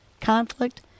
conflict